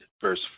verse